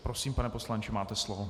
Prosím, pane poslanče, máte slovo.